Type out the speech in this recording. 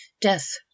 death